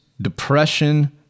depression